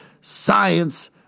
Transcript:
science